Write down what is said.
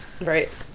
Right